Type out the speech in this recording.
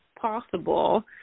possible